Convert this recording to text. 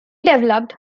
developed